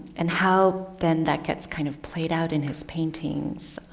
and how then that gets kind of played out in his paintings.